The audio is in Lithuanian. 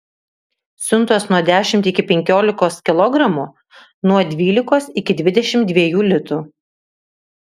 siuntos nuo dešimt iki penkiolikos kilogramų nuo dvylikos iki dvidešimt dviejų litų